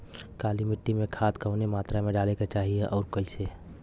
काली मिट्टी में खाद कवने मात्रा में डाले के चाही अउर कइसे?